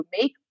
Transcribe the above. make